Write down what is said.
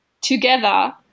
together